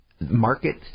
market